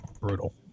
Brutal